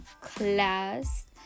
class